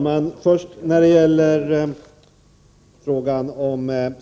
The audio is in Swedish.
Herr talman!